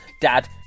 Dad